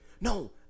No